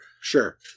Sure